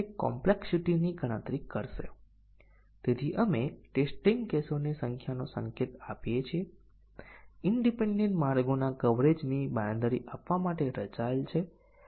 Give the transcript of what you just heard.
બીજા શબ્દોમાં કહીએ તો ટેસ્ટીંગ કેસ ત્રણ સાથે ત્રણ કેસ કેસ પ્રથમ બેઝિક કન્ડીશન નું સ્વતંત્ર મૂલ્યાંકન કરશે